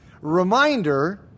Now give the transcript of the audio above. reminder